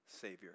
Savior